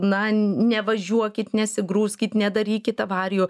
na nevažiuokit nesigrūskit nedarykit avarijų